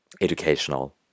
educational